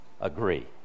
agree